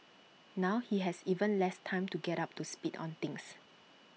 now he has even less time to get up to speed on things